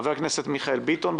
חבר הכנסת מיכאל ביטון.